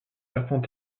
serpents